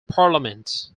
parliament